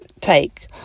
take